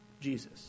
Jesus